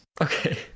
okay